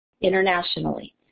internationally